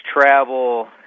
travel